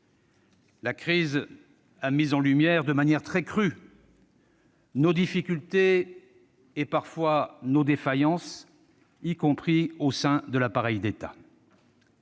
La crise a mis en lumière, de manière très crue, nos difficultés et parfois nos défaillances, y compris au sein de l'appareil d'État.